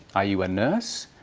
are you a nurse?